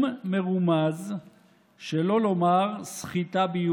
איבדתם שליטה,